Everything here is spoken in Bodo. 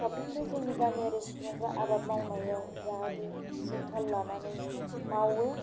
साफ्रोमबो जोंनि गामियारि सुबुंफ्रा आबाद मावनायफ्राव जाहाथे इसे थाल लानानै मावो